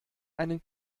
einen